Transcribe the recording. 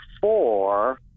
four